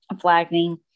flagging